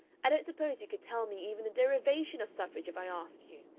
i don't suppose you could tell me even the derivation of suffrage if i asked you.